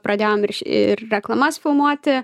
pradėjom ir reklamas filmuoti